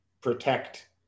protect